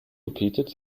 repeated